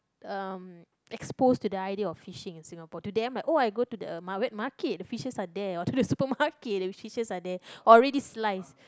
uh exposed to the idea of fishing in Singapore to them like oh I go to the wet market the fishes are there or to the supermarket the fishes are there or already sliced